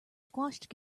squashed